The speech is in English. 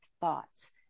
thoughts